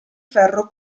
ferro